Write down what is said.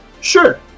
Sure